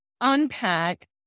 unpack